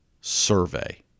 survey